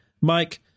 Mike